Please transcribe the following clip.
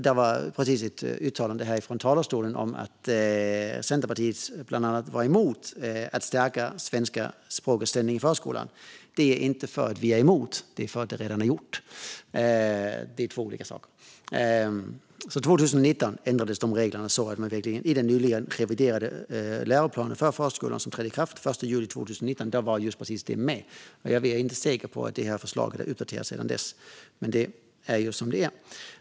Det påstods precis här i talarstolen att Centerpartiet är emot att stärka svenska språkets ställning i förskolan. Det är inte för att vi är emot det; det är för att det redan är gjort. Det är två olika saker. 2019 ändrades de reglerna, och i den nyligen reviderade läroplanen för förskolan som trädde i kraft 2019 var just precis det med. Jag är inte säker på att det förslaget har uppdaterats sedan dess, men det är som det är.